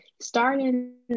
starting